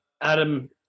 Adam